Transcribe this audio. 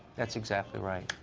that's exactly right.